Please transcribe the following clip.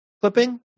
clipping